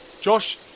Josh